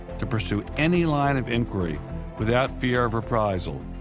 to pursue any line of inquiry without fear of reprisal,